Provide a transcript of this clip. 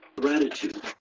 gratitude